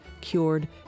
cured